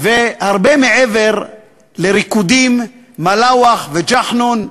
והרבה מעבר לריקודים, מלאווח וג'חנון,